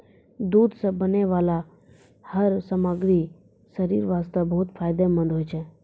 दूध सॅ बनै वाला हर सामग्री शरीर वास्तॅ बहुत फायदेमंंद होय छै